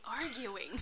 Arguing